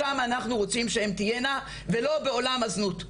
שם אנחנו רוצים שהן תהינה ולא בעולם הזנות.